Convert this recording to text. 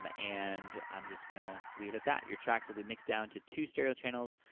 um and i'm just gonna leave it at that. your tracks will be mixed down to two stereo channels.